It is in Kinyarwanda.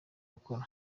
gukora